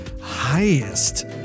highest